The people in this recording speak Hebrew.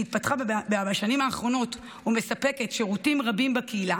שהתפתחה בשנים האחרונות ומספקת שירותים רבים בקהילה